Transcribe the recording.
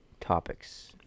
topics